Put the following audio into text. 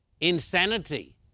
insanity